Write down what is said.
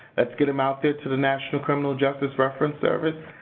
let's get them out there to the national criminal justice reference service,